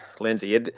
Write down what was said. Lindsay